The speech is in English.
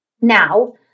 Now